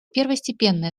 первостепенное